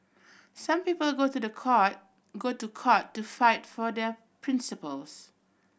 some people go to the court go to court to fight for their principles